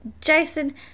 Jason